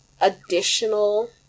additional